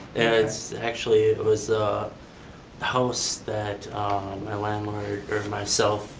it's actually it was a house that my landlord, or myself,